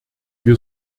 wir